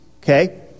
Okay